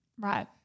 Right